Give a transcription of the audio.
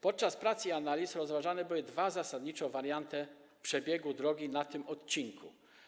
Podczas prac i analiz rozważane były zasadniczo dwa warianty przebiegu drogi na tym odcinku.